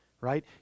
right